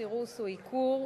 סירוס או עיקור,